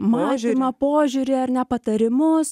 mąstymą požiūrį ar ne patarimus